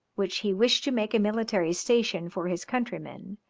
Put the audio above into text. which he wished to make a military station for his countrymen,